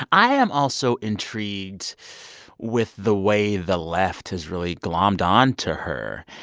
i am also intrigued with the way the left has really glommed onto her.